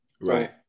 Right